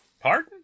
Pardon